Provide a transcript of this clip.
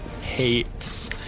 hates